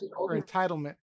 entitlement